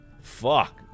Fuck